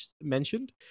mentioned